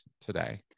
today